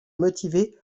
motivé